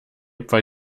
weil